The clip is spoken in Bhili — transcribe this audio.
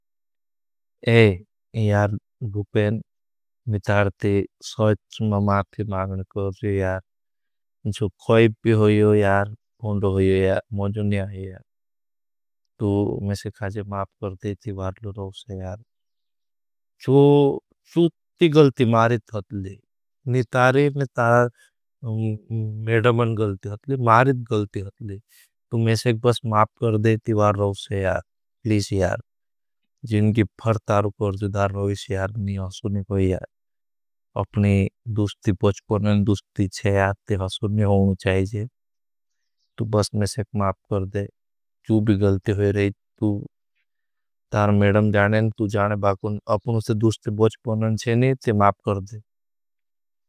भूपेन, मैं तारे ती सच माँफ़ि माँगन कर रहा हूँ। जो खोईब भी होयो, मोजुन्या है। तू में से खाजे माफ़ कर दे, ती बार लू रहो से। जो चूती गलती मारित होतली, नि तारे ने तारे मेडमन गलती होतली, मारित गलती होतली। तू में से खाजे माफ़ कर दे, ती बार लू रहो से। जिन्गी भार तारे पर जुदार रहो से। अपनी दुष्टी बच्पोनन दुष्टी है, ते हसुनी होना चाहिए। तू बस में से खाजे माफ़ कर दे, तू भी गलती हो रहे, तू तारे मेडम जाने, तू जाने बागों, अपनों से दुष्टी बच्पोनन है ने, ते माफ़ कर दे।